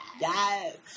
yes